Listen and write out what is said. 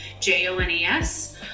J-O-N-E-S